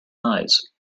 eyes